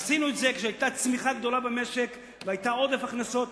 עשינו את זה כשהיתה צמיחה גדולה במשק והיה עודף הכנסות.